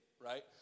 right